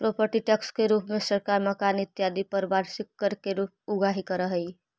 property tax के रूप में सरकार मकान इत्यादि पर वार्षिक कर के उगाही करऽ हई